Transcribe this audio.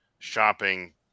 Shopping